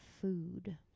food